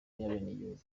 abenegihugu